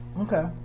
okay